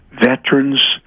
veterans